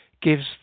gives